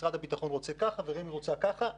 משרד הביטחון רוצה ככה, רמ"י רוצה ככה וכו'.